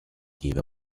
gave